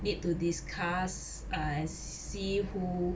need to discuss err see who